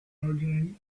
arguing